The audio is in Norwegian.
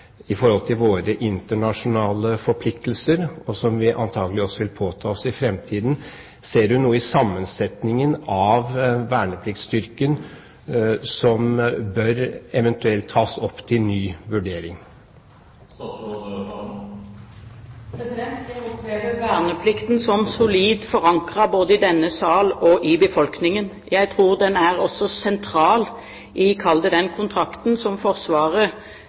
til våre internasjonale forpliktelser, som vi antakelig også vil påta oss i framtiden? Ser hun noe i sammensetningen av vernepliktsstyrken som eventuelt bør tas opp til ny vurdering? Jeg opplever verneplikten som solid forankret både i denne sal og i befolkningen. Jeg tror den også er sentral i – kall det – den kontrakten som Forsvaret